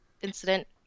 incident